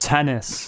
Tennis